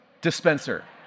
dispenser